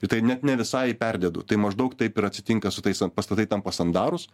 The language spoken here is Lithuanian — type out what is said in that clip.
ir tai net ne visai perdedu tai maždaug taip ir atsitinka su tais pastatai tampa sandarūs